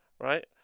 right